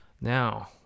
now